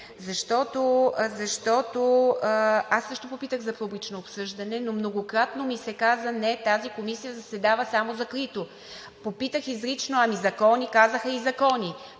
се. Аз също попитах за публично обсъждане, но многократно ми се каза: не, тази комисия заседава само закрито. Попитах изрично: ами закони? Казаха: и закони.